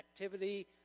activity